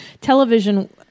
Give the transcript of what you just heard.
television